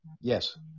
Yes